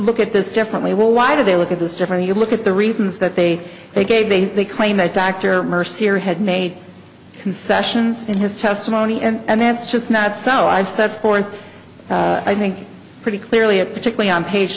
look at this differently well why do they look at this different you look at the reasons that they they gave these they claim that dr mercier had made concessions in his testimony and that's just not so i've set forth i think pretty clearly it particularly on page